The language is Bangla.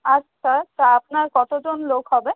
আচ্ছা তা আপনার কতোজন লোক হবে